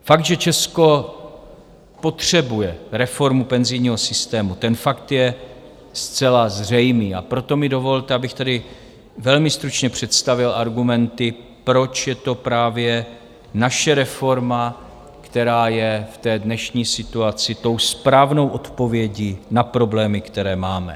Fakt, že Česko potřebuje reformu penzijního systému, ten fakt je zcela zřejmý, a proto mi dovolte, abych tedy velmi stručně představil argumenty, proč je to právě naše reforma, která je v té dnešní situaci tou správnou odpovědí na problémy, které máme.